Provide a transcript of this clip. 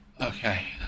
Okay